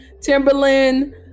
Timberland